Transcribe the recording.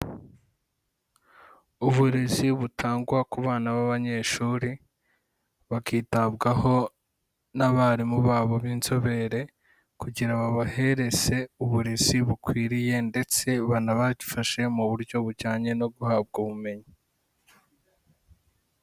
Uburezi butangwa ku bana b'abanyeshuri, bakitabwaho n'abarimu babo b'inzobere kugira babahereze uburezi bukwiriye ndetse banabafashe mu buryo bujyanye no guhabwa ubumenyi.